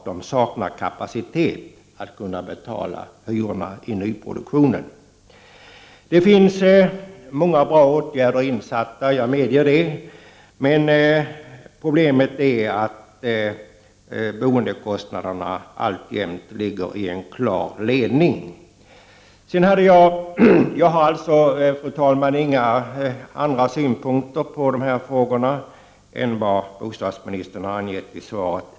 De har inte kapacitet att betala hyrorna i nyproduktionen. Många bra åtgärder har satts in, det medger jag. Problemet är att boendekostnaderna alltjämt ligger i en klar ledning. Jag har, fru talman, inga andra synpunkter på dessa frågor än vad bostadsministern har anfört i sitt svar.